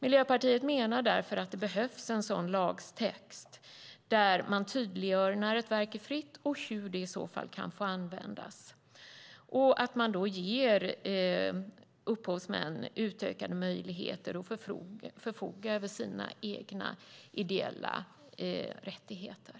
Miljöpartiet menar därför att det behövs en lagtext där man tydliggör när ett verk är fritt och hur det i så fall kan få användas och ger upphovsmän utökade möjligheter att förfoga över sina egna ideella rättigheter.